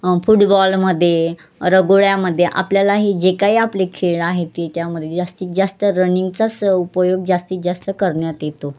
फुटबॉलमध्ये रगोळ्यामध्ये आपल्यालाही जे काही आपले खेळ आहेत ते त्यामध्ये जास्तीत जास्त रनिंगचाच उपयोग जास्तीत जास्त करण्यात येतो